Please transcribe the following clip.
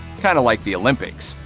kind of like the olympics.